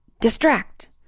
distract